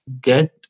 get